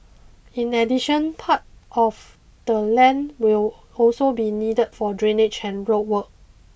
in addition part of the land will also be needed for drainage and road work